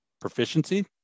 proficiency